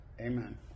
Amen